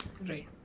right